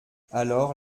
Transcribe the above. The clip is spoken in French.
alors